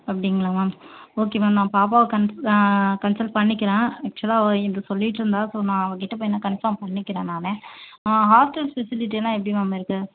அப்படிங்களா ma'am okay ma'am நான் பாப்பாவை கன் கன்சல்ட் பண்ணிக்கிறேன் ஆக்ஷுவலாக அவ இது சொல்லிட்டுருந்தா ஸோ நான் அவக்கிட்ட போய் நான் கன்ஃபார்ம் பண்ணிக்கிறேன் நான் ஹாஸ்டல் ஃபெசிலிட்டிலாம் எப்படி மேம் இருக்கு